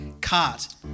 cart